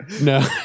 No